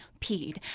peed